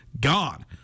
gone